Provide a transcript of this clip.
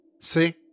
See